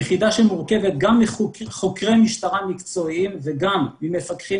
יחידה שמורכבת גם מחוקרי משטרה מקצועיים וגם מפקחים